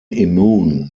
immune